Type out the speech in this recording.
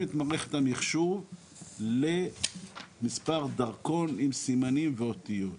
את מערכת המחשוב למספר דרכון עם סימנים ואותיות.